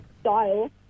style